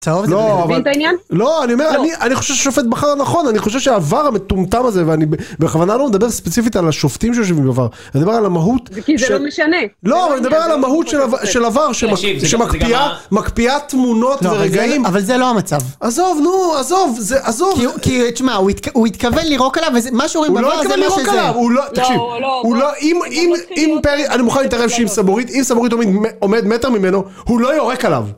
לא אני חושב ששופט בחר הנכון אני חושב שהעבר המטומטם הזה ואני בכוונה לא מדבר ספציפית על השופטים שיושבים בעבר אני מדבר על המהות של עבר שמקפיאה תמונות ורגעים אבל זה לא המצב עזוב נו עזוב כי שמע הוא מתכוון לרוק עליו הוא לא מתכוון לרוק עליו אני מוכן להתערב שאם סבורית עומד מטר ממנו הוא לא יורק עליו